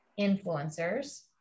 influencers